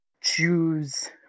choose